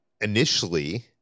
initially